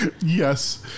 Yes